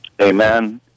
Amen